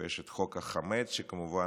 יש את חוק החמץ, שכמובן